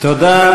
תודה